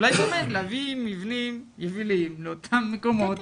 אולי באמת להביא מבנים יבילים לאותם מקומות.